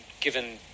given